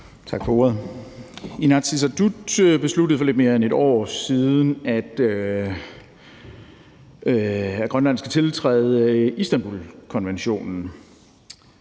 Inatsisartut besluttede for lidt mere end et år siden, at Grønland skal tiltræde Istanbulkonventionen,